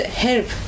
help